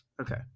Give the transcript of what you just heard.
Okay